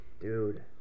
Dude